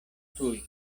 tuj